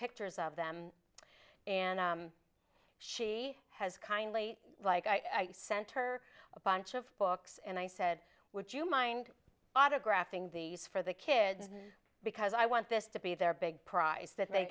pictures of them and she has kindly like i sent her a bunch of books and i said would you mind autographing these for the kids because i want this to be their big prize that they